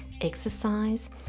exercise